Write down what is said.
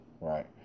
right